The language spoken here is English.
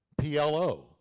PLO